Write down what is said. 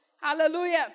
Hallelujah